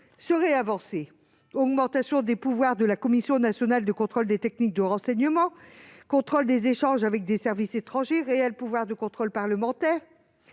sont faites : augmentation des pouvoirs de la Commission nationale de contrôle des techniques de renseignement, contrôle des échanges avec les services étrangers, réel pouvoir de contrôle parlementaire,